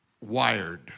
wired